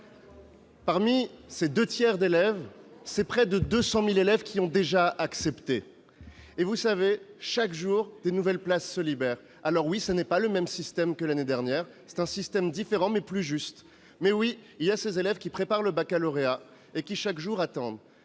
Sur ces deux tiers d'élèves, près de 200 000 ont déjà accepté et, chaque jour, de nouvelles places se libèrent. Alors oui, ce n'est pas le même système que l'année dernière ; c'est un système différent, mais plus juste. Vous avez raison, il y a ces élèves qui préparent le baccalauréat et qui, chaque jour, attendent.